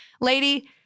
lady